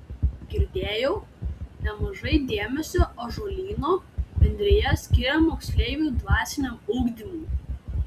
girdėjau nemažai dėmesio ąžuolyno bendrija skiria moksleivių dvasiniam ugdymui